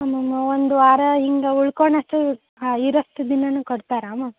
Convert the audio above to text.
ಹಾಂ ಮ್ಯಾಮ್ ಒಂದು ವಾರ ಹಿಂಗೆ ಉಳ್ಕೊಳ್ಳೋಕೆ ಹಾಂ ಇರೋಷ್ಟು ದಿನವೂ ಕೊಡ್ತಾರೆ ಮಾ